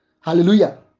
Hallelujah